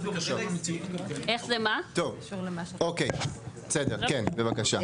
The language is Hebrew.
טוב, אוקיי בסדר, כן בבקשה.